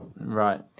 Right